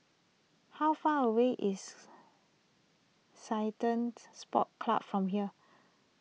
how far away is Ceylon's Sports Club from here